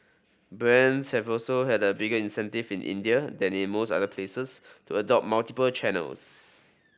brands have also had a bigger incentive in India than in most other places to adopt multiple channels